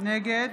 נגד